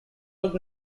york